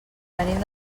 venim